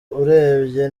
urebye